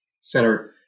center